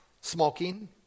smoking